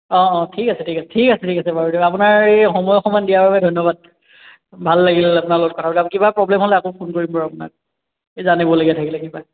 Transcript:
অঁ অঁ ঠিক আছে ঠিক আছে ঠিক আছে ঠিক আছে বাৰু দিয়ক আপোনাৰ এই সময় অকণমান দিয়াৰ বাবে ধন্যবাদ ভাল লাগিল আপোনাৰ লগত কথাবিলাক কিবা প্ৰ'ব্লেম হ'লে আকৌ ফোন কৰিম বাৰু আপোনাক এই জানিবলগীয়া থাকিলে কিবা